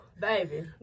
Baby